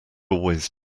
always